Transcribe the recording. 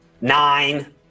Nine